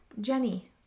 Jenny